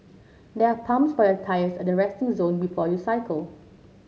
there are pumps for your tyres at the resting zone before you cycle